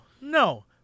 no